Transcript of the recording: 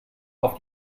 auf